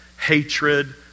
hatred